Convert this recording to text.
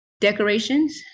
Decorations